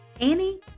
Annie